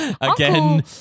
Again